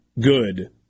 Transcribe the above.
good